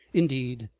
indeed,